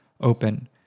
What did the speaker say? open